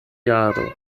jaro